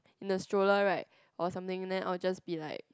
in the stroller right or something then I'll just be like